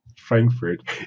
Frankfurt